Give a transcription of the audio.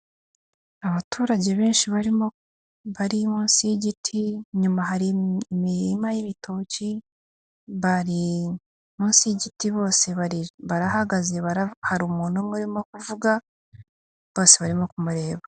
Abaturage benshi barimo bari munsi y'igiti, inyuma hari imirima y'ibitoki ,bari munsi y'igiti bose bari barahagaze hari umuntu umwe urimo kuvuga, bose barimo kumureba.